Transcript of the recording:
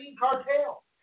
Cartel